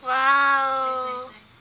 !wow!